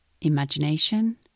imagination